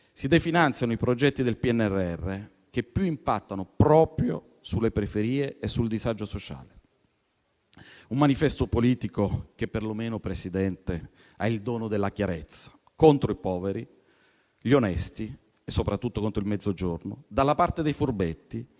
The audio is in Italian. Si definanziano i progetti del PNRR che più impattano proprio sulle periferie e sul disagio sociale. Si tratta di un manifesto politico che perlomeno, Presidente, ha il dono della chiarezza: contro i poveri, gli onesti e soprattutto contro il Mezzogiorno, dalla parte dei furbetti